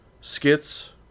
skits